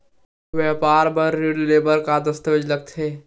व्यापार बर ऋण ले बर का का दस्तावेज लगथे?